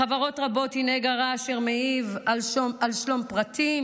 בחברות רבות היא נגע רע אשר מעיב על שלום פרטים,